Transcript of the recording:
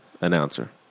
announcer